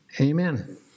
Amen